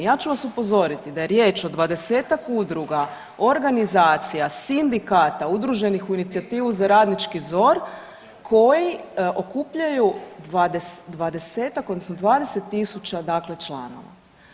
Ja ću vas upozoriti da je riječ o 20-tak udruga, organizacija, sindikata udruženih u inicijativu za radnički ZOR koji okupljaju 20-tak odnosno 20.000 dakle članova.